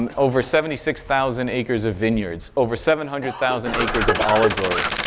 um over seventy six thousand acres of vineyards, over seven hundred thousand acres of olive groves,